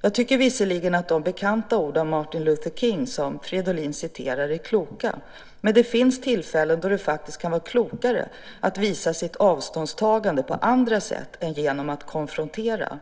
Jag tycker visserligen att de bekanta ord av Martin Luther King som Gustav Fridolin citerar är kloka. Men det finns tillfällen då det faktiskt kan vara klokare att visa sitt avståndstagande på andra sätt än genom att konfrontera.